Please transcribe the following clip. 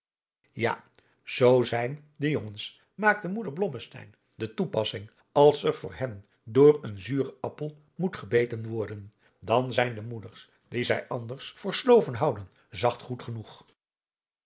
ja zoo zijn de jongens maakte moeder blommesteyn de toepassing als er voor hen door een zuren appel moet gebeten worden dan zijn de moeders die zij anders voor sloven houden zacht goed genoeg